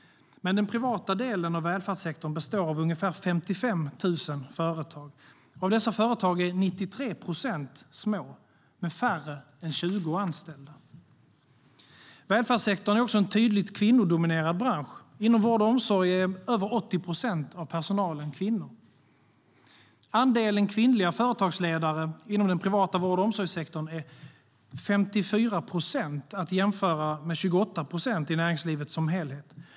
Men den privata delen av välfärdssektorn består av ungefär 55 000 företag. Av dessa är 93 procent små, med färre än 20 anställda. Välfärdssektorn är också en tydligt kvinnodominerad bransch. Inom vård och omsorg är över 80 procent av personalen kvinnor. Andelen kvinnliga företagsledare inom den privata vård och omsorgssektorn är 54 procent, att jämföra med 28 procent i näringslivet som helhet.